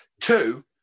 Two